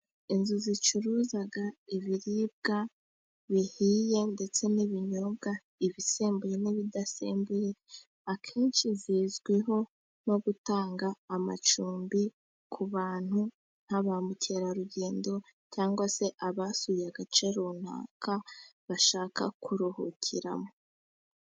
Inzu zicuruza ibiribwa bihiye ndetse n'ibinyobwa, ibisembuye n'ibidasembuye, akenshi zizwiho no gutanga amacumbi ku bantu nka ba mukerarugendo, cyangwa se abasuye agace runaka bashaka kuruhukiramo.